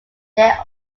dear